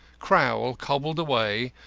crowl cobbled away,